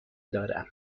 دارم